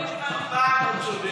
הפעם הוא צודק.